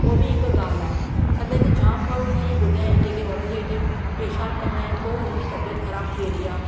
उहा बि हिकु ॻाल्हि आहे चंदे की जामु माण्हू मां ईअं ॿुधा आहिनि जेके वण जे हेठे पेशाबु कंदा आहिनि पोइ हुननि जी तबियत ख़राबु थी वेंदी आहे